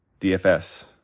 DFS